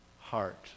heart